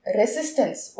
resistance